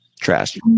Trash